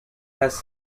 has